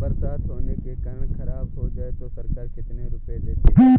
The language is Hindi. बरसात होने के कारण खराब हो जाए तो सरकार कितने रुपये देती है?